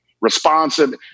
responsive